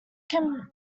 can